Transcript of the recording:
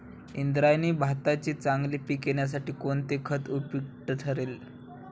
इंद्रायणी भाताचे चांगले पीक येण्यासाठी कोणते खत उपयुक्त ठरेल?